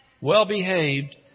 Well-behaved